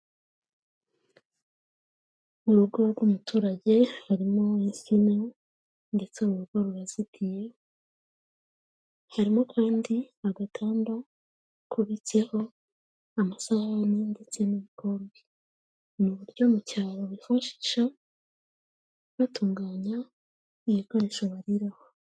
Mu rugo rw'umuturage harimo insina ndetse uru rugo rurazitiye, harimo kandi agatanda kubitseho amasahani ndetse n'ibikombe, ni uburyo mu cyaro bifashisha batunganya ibikoresho bariraho.